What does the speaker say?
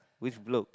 which blocks